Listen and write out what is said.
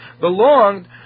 belonged